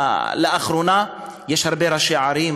לאחרונה יש הרבה ראשי ערים,